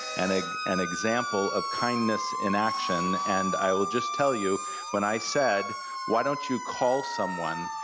and ah an example of kindness in action, and i will just tell you when i said why don't you call someone?